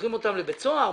שולחים אותם לבית סוהר?